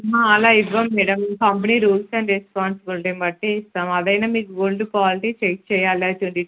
అమ్మా అలా ఇవ్వము మేడం కంపెనీ రూల్స్ అండ్ రెస్పాంసబిలిటీని బట్టి ఇస్తాము అదైనా మీ గోల్డ్ క్వాలిటీ చెక్ చెయ్యాలి ట్వెంటీ టూ క్యారేటా ట్వెంటీ ఫోర్ క్యారెట్సా అని